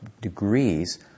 degrees